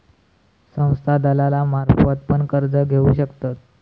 संस्था दलालांमार्फत पण कर्ज घेऊ शकतत